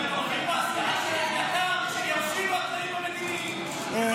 אני בטוחה, זאב, על הצדדים, נו,